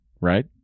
right